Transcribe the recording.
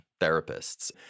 therapists